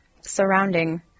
surrounding